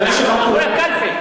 הם הלכו לקלפי.